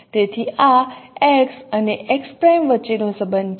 તેથી આ x અને x' વચ્ચેનો સંબંધ છે